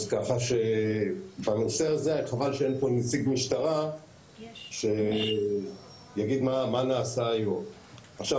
אז חבל שאין פה נציג משטרה שיגיד מה נעשה היום בנושא הזה.